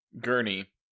Gurney